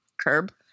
curb